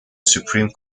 supreme